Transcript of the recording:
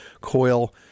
coil